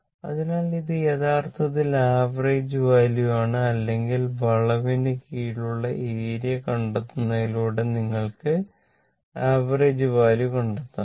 അതിനാൽ ഇത് യഥാർത്ഥത്തിൽ ആവറേജ് വാല്യൂ ആണ് അല്ലെങ്കിൽ വളവിന് കീഴിലുള്ള ഏരിയ കണ്ടെത്തുന്നതിലൂടെ നിങ്ങൾക്ക് ആവറേജ് വാല്യൂ കണ്ടെത്താനാകും